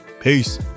Peace